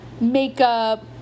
makeup